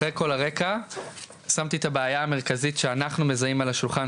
אחרי כל הרקע שמתי את הבעיה המרכזית שאנחנו מזהים על השולחן,